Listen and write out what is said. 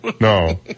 No